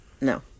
No